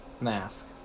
mask